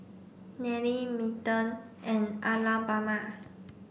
Nelly Milton and Alabama